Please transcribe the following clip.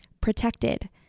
protected